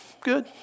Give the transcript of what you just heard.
Good